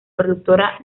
productora